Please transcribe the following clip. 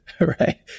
right